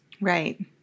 Right